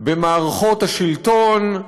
במערכות השלטון,